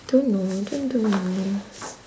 don't know don't don't know eh